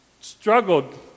struggled